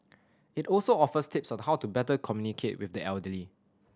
it also offers tips on how to better communicate with the elderly